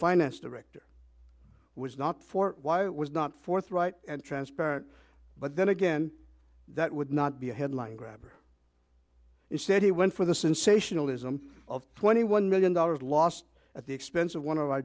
finest director was not for why it was not forthright and transparent but then again that would not be a headline grabber instead he went for the sensationalism of twenty one million dollars lost at the expense of one of our